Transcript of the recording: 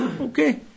Okay